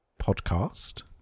podcast